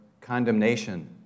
condemnation